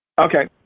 okay